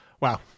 Wow